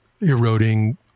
eroding